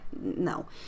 no